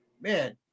man